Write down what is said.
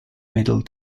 middle